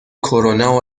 کرونا